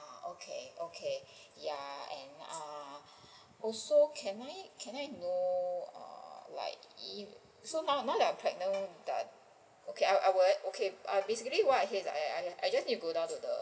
err okay okay ya and err also can I can I know err like if so now now I am pregnant that okay I will I will okay but~ basically what I hear is I I just need to go down to the